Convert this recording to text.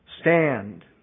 stand